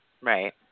right